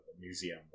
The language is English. museum